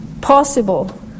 possible